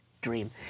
dream